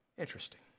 Interesting